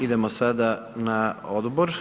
Idemo sada na odbor.